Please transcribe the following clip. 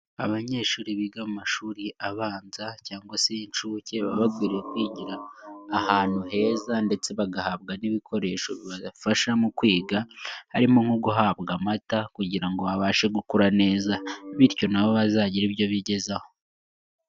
Abanyeshuri biga mu mashuri abanza cyangwa se y'incuke baba bakwiriye kwigira ahantu heza ndetse bagahabwa n'ibikoresho bibafasha mu kwiga harimo nko guhabwa amata kugira ngo babashe gukura neza bityo nabo bazagire ibyo bigezaho.